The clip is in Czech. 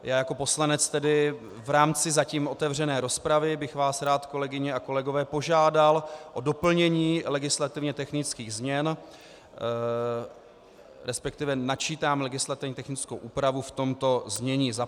Já jako poslanec v rámci zatím otevřené rozpravy bych vás rád, kolegyně a kolegové, požádal o doplnění legislativně technických změn, respektive načítám legislativně technickou úpravu v tomto znění: 1.